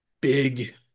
big